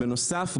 בנוסף,